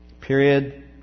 Period